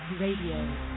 Radio